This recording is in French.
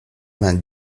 vingt